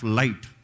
light